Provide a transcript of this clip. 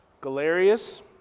Galerius